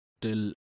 till